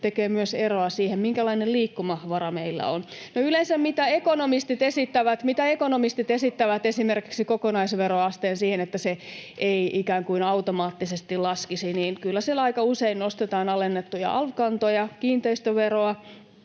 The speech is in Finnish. tekee myös eroa siihen, minkälainen liikkumavara meillä on. Se, mitä ekonomistit yleensä esittävät esimerkiksi siihen, että kokonaisveroaste ei ikään kuin automaattisesti laskisi: Kyllä siellä aika usein nostetaan alennettuja alv-kantoja, kiinteistöveroa,